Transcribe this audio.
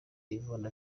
yvonne